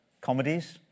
comedies